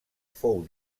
fou